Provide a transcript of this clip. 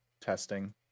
testing